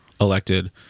elected